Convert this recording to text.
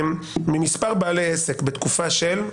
ממספר בעלי עסק בתקופה של.